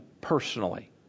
personally